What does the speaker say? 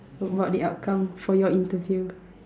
about the outcome for your interview